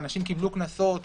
אנשים קיבלו קנסות?